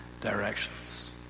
directions